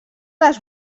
les